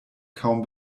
kaum